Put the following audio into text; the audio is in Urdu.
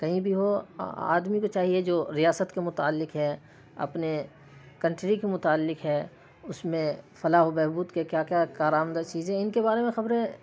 کہیں بھی ہو آدمی کو چاہیے جو ریاست کے متعلق ہے اپنے کنٹری کے متعلق ہے اس میں فلاح و بہبود کے کیا کیا کار آمد چیزیں ہیں ان کے بارے میں خبریں